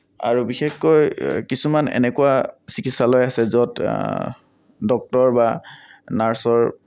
আৰু বিশেষকৈ কিছুমান এনেকুৱা চিকিৎসালয় আছে য'ত ডক্টৰ বা নাৰ্ছৰ